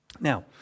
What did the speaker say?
now